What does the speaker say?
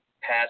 pass